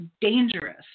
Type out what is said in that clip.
dangerous